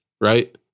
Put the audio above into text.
right